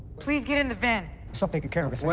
please get in the van. it's all taken care of yeah